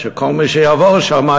שכל מי שיעבור שם,